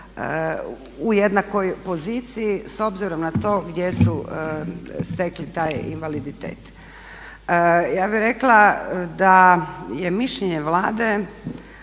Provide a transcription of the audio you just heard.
u jednakoj poziciji s obzirom na to gdje su stekli taj invaliditet. Ja bih rekla da je mišljenje Vlade,